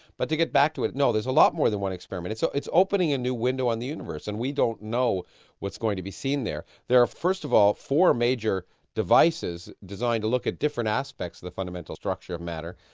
but to get back to it, no, there's a lot more than one experiment. so it's opening a new window on the universe and we don't know what's going to be seen there. there are, first of all, four major devices designed to look at different aspects of the fundamental structure of matter,